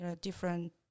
different